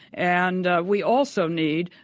and we also need,